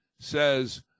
says